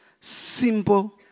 simple